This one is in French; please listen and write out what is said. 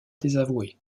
désavoué